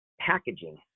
packaging